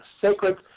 sacred